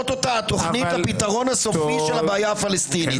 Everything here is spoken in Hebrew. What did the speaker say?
לנו כמה אזרחים נפגעים ועד כמה הפגיעה הזאת משמעותית,